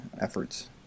efforts